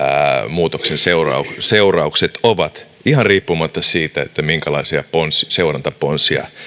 muutoksen seuraukset ovat ihan riippumatta siitä minkälaisia seurantaponsia